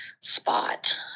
spot